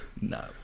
No